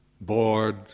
bored